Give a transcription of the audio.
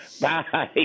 Bye